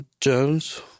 Jones